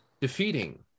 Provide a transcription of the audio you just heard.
defeating